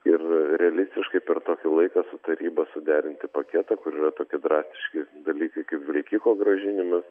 ir realistiškai per tokį laiką su taryba suderinti paketą kur yra tokie drastiški dalykai kaip vilkiko grąžinimas